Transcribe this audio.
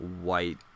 white